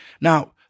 Now